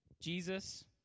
Jesus